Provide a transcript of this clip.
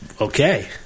Okay